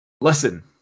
Listen